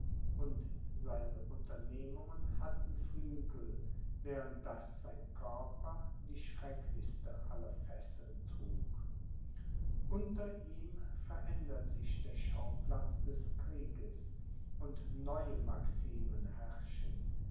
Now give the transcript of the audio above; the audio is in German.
und seine unternehmungen hatten flügel während daß sein körper die schrecklichste aller fesseln trug unter ihm verändert sich der schauplatz des krieges und neue maximen herrschen